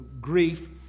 grief